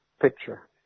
picture